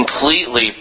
completely